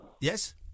Yes